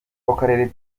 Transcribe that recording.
w’akarere